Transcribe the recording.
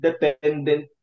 dependent